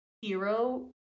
hero